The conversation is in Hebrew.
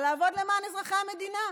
לעבוד למען אזרחי המדינה,